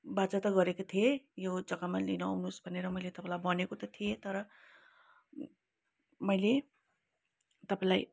वाचा त गरेको थिएँ यो जग्गामा लिन आउनुहोस् भनेर मैले तपाईँलाई भनेको त थिए तर मैले तपाईँलाई